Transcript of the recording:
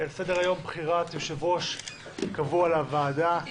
סדר-היום: בחירת יושב-ראש קבוע לוועדה.